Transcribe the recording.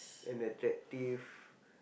and attractive